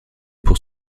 pour